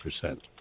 percent